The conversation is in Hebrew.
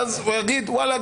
ואז הוא יגיד: וואלה,